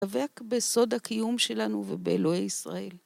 דווקא בסוד הקיום שלנו ובאלוהי ישראל.